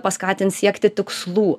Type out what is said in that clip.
paskatins siekti tikslų